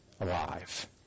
alive